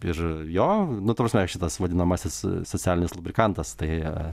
ir jo nu ta prasme šitas vadinamasis socialinis lubrikantas tai